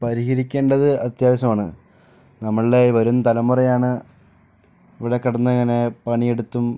പരിഹരിക്കേണ്ടത് അത്യാവശ്യമാണ് നമ്മളുടെ ഈ വരും തലമുറയാണ് ഇവിടെ കിടന്ന് ഇങ്ങനെ പണിയെടുത്തും